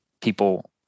people